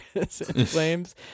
flames